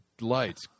lights